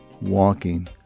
walking